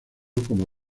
como